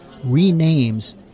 renames